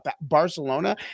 Barcelona